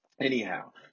anyhow